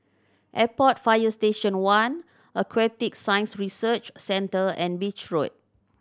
Airport Fire Station One Aquatic Science Research Centre and Beach Road